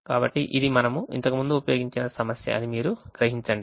కాబట్టి ఇది మనము ఇంతకుముందు ఉపయోగించిన సమస్య అని మీరు గమనించండి